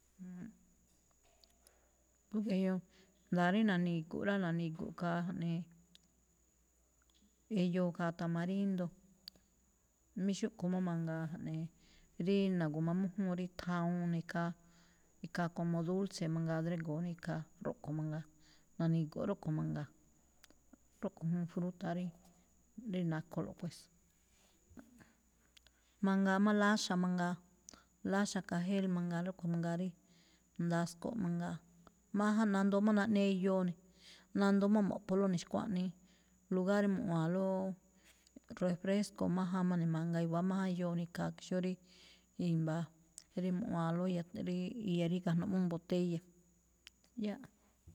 nda̱a̱ rí na̱ni̱gu̱ꞌ rá, na̱ni̱gu̱ꞌ khaa ja̱ꞌnii, eyoo khaa tamarindo. Mí xúꞌkho̱ má mangaa, ja̱ꞌnee, rí na̱gu̱mamújúun rí thawuun ne̱ khaa, ikhaa como dulce mangaa drégo̱o̱ ne̱ ikhaa, rúꞌkho̱ mangaa, na̱ni̱go̱ꞌ róꞌkho̱ mangaa. Róꞌkho̱ juun fruta rí- rí naꞌkholo̱ pues. Mangaa má láxa̱ mangaa, láxa̱ kajéél mangaa, róꞌkho̱ mangaa rí ndasko̱ꞌ mangaa. Máján nandoo má naꞌne eyoo ne̱, nadoo má mo̱ꞌpholóꞌ ne̱ xkuaꞌnii, lugar rí mu̱wa̱a̱nló refresco, májáan má ne̱ mangaa, i̱wa̱á maján jyoo ne̱ ikhaa ke xó rí i̱mba̱ rí mu̱ꞌwa̱a̱ló ya ríí, iya rí gajno̱ꞌ awúun botella.